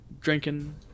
drinking